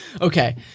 Okay